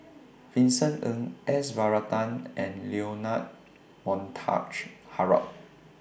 Vincent Ng S Varathan and Leonard Montague Harrod